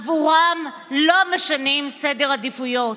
עבורם לא משנים סדר עדיפויות.